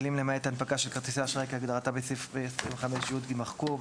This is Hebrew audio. המילים "למעט הנפקדה של כרטיסי אשראי כהגדרתה בסעיף 25י" יימחקו.